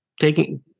taking